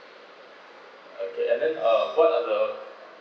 okay and then uh what are the